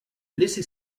laissé